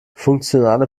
funktionale